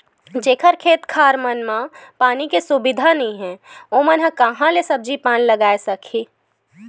जेखर खेत खार मन म पानी के सुबिधा नइ हे ओमन ह काँहा ले सब्जी पान लगाए सकही